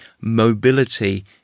mobility